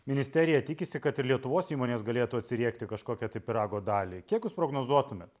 ministerija tikisi kad ir lietuvos įmonės galėtų atsiriekti kažkokią pyrago dalį kiek jūs prognozuotumėt